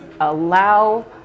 allow